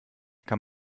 kann